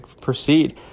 proceed